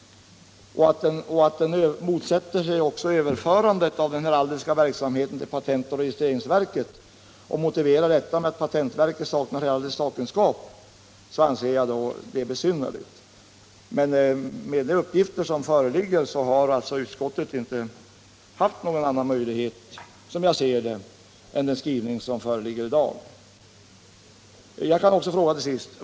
Den motsätter sig också ett överförande av den heraldiska verksamheten till patentoch registreringsverket och motiverar detta med att patentverket saknar heraldisk sakkunskap, vilket jag anser besynnerligt. Med de uppgifter som föreligger har dock utskottet, som jag ser det, inte haft möjligheter till någon annan skrivning.